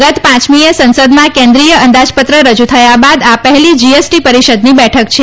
ગત પાંચમી એ સંસદમાં કેન્દ્રિય અંદાજપત્ર રજૂ થયા બાદ આ પહેલી જીએસટી પરિષદની બેઠક છે